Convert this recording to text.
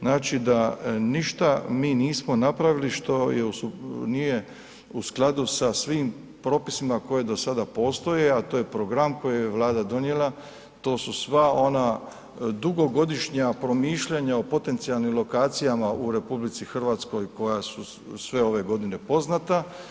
Znači da ništa mi nismo napravili što nije u skladu sa svim propisima koji do sada postoje, a to je program koji je Vlada donijela to su sva ona dugogodišnja promišljanja o potencijalnim lokacijama u RH koja su sve ove godine poznata.